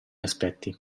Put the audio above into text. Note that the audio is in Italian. aspetti